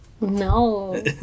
No